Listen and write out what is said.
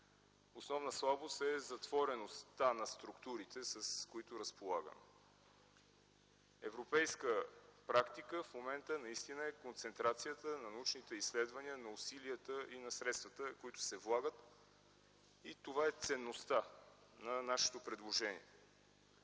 Основна слабост е затвореността на структурите, с които разполагаме. Европейска практика в момента наистина е концентрацията на научните изследвания, на усилията и на средствата, които се влагат, и това е ценността на нашето предложение.